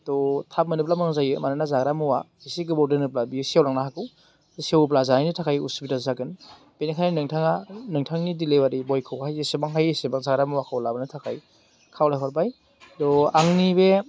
थ' थाब मोनोब्ला मोजां जायो मानोना जाग्रा मुवा इसे गोबाव दोनोब्ला बियो सेवलांनो हागौ सेवोब्ला जानाइनि थाखाय उसुबिदा जागोन बेनिखायनो नोंथाङा नोंथांनि डिलिबारि बयखौहाय जेसेबां हायो एसेबां जाग्रा मुवाखौ लाबोनो थाखाय खावलायहरबाय थ' आंनि बे